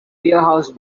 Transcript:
warehouse